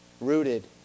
rooted